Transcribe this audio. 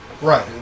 Right